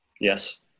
Yes